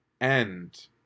end